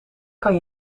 kan